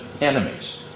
enemies